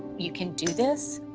you can do this.